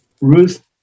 Ruth